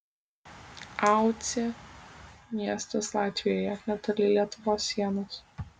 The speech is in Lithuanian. aucė miestas latvijoje netoli lietuvos sienos